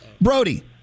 Brody